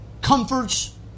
comforts